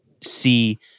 see